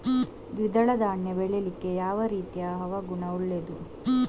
ದ್ವಿದಳ ಧಾನ್ಯ ಬೆಳೀಲಿಕ್ಕೆ ಯಾವ ರೀತಿಯ ಹವಾಗುಣ ಒಳ್ಳೆದು?